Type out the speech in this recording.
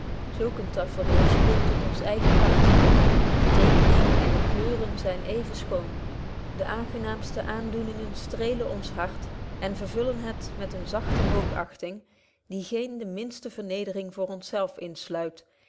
zulk een tafereel spreekt tot ons eigen hart de tekening en de kleuren zyn even schoon de aangenaamste aandoeningen streelen ons hart en vervullen het met eene zachte hoogachting die geen de minste vernedering voor ons